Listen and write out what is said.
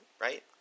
right